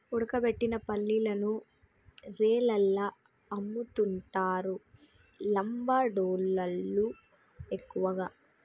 ఉడకబెట్టిన పల్లీలను రైలల్ల అమ్ముతుంటరు లంబాడోళ్ళళ్లు ఎక్కువగా